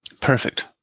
Perfect